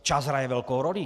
Čas hraje velkou roli.